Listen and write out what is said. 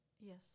Yes